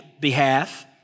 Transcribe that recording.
behalf